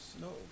No